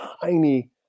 tiny